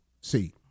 see